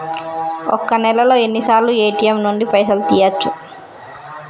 ఒక్క నెలలో ఎన్నిసార్లు ఏ.టి.ఎమ్ నుండి పైసలు తీయచ్చు?